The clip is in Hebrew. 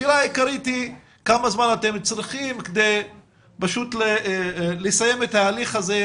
השאלה העיקרית היא כמה זמן אתם צריכים כדי לסיים את ההליך הזה.